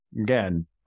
again